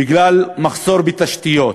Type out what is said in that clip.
בגלל מחסור בתשתיות,